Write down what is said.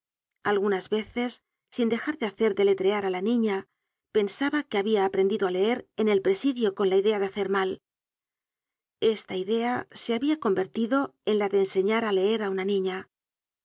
algunas veces sin dejar de hacer deletrear á la niña pensaba que habia aprendido á leer en el presidio con la idea de hacer mal esta idea se habia convertido en la de enseñar á leer á una niña